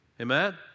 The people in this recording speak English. Amen